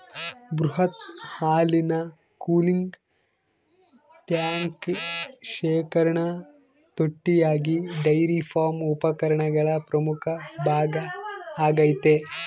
ಬೃಹತ್ ಹಾಲಿನ cooling tank ಶೇಖರಣಾ ತೊಟ್ಟಿಯಾಗಿ ಡೈರಿ ಫಾರ್ಮ್ ಉಪಕರಣಗಳ ಪ್ರಮುಖ ಭಾಗ ಆಗೈತೆ